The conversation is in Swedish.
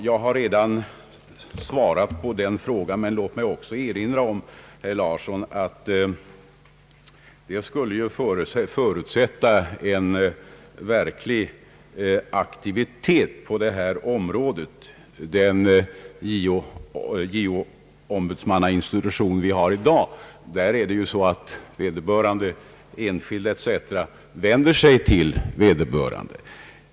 Jag har redan svarat på den frågan, men låt mig också erinra om, herr Larsson, att detta skulle förutsätta en mycket omfattande aktivitet från ombudets sida. Beträffande den JO-institution som vi har i dag är det ju så att vederbörande, enskild etc., vänder sig till denna.